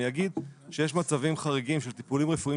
אני אגיד שיש מצבים חריגים של טיפולים רפואיים